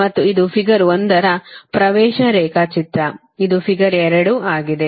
ಮತ್ತು ಇದು ಫಿಗರ್ ಒಂದರ ಪ್ರವೇಶ ರೇಖಾಚಿತ್ರ ಇದು ಫಿಗರ್ 2 ಆಗಿದೆ